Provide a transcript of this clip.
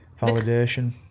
validation